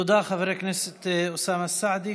תודה, חבר הכנסת אוסאמה סעדי.